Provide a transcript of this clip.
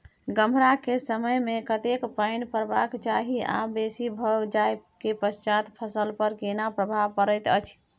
गम्हरा के समय मे कतेक पायन परबाक चाही आ बेसी भ जाय के पश्चात फसल पर केना प्रभाव परैत अछि?